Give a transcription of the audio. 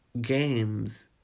games